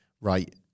right